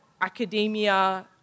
academia